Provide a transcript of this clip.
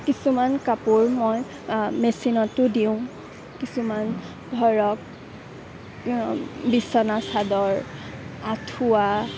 কিছুমান কাপোৰ মই মেচিনতো দিওঁ কিছুমান ধৰক বিচনা চাদৰ আঠুৱা